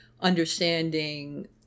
understanding